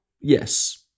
Yes